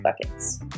buckets